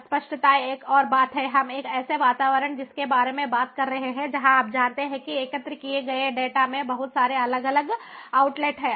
अस्पष्टता एक और बात है हम एक ऐसे वातावरण जिसके बारे में बात कर रहे हैं जहाँ आप जानते हैं कि एकत्र किए गए डेटा में बहुत सारे अलग अलग आउटलेट हैं